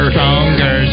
Stronger